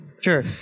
Sure